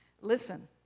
Listen